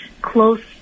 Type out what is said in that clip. close